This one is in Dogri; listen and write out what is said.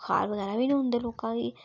बुखार बगैरा बी नेईं औंदे लोकें गी